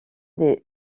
des